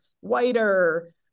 whiter